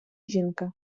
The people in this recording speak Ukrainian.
жінка